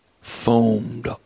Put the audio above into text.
foamed